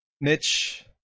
Mitch